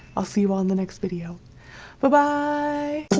i'll see you all in the next video bye-bye